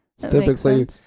typically